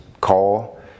call